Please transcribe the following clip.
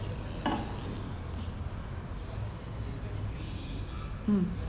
um